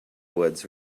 woods